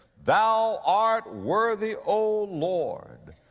thou art worthy, o lord,